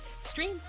Stream